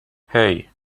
hey